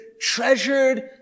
treasured